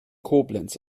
koblenz